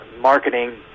marketing